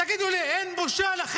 תגידו לי, אין לכם בושה?